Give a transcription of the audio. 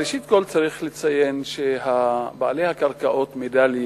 ראשית כול צריך לציין שבעלי הקרקעות מדאליה